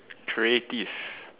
creative